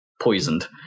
poisoned